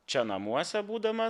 čia namuose būdamas